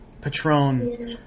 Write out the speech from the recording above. Patron